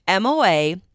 MOA